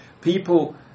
People